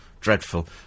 Dreadful